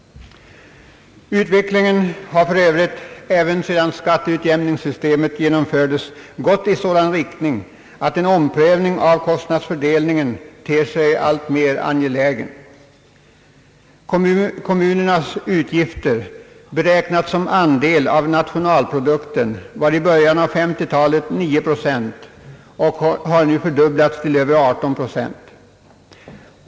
Utvecklingen har för övrigt även sedan skatteutjämningssystemet genomfördes gått i sådan riktning att en omprövning av kostnadsfördelningen ter sig alltmer angelägen. Kommunernas utgifter, beräknade som andel av nationalprodukten, uppgick i början av 1950-talet till 9 procent och har nu fördubblats till över 18 procent.